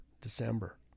December